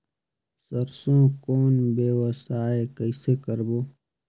सरसो कौन व्यवसाय कइसे करबो?